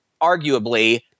arguably